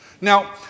Now